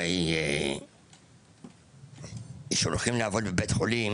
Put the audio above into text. הרי כשהולכים לעבוד בבית חולים,